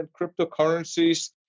cryptocurrencies